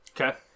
Okay